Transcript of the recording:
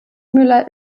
müller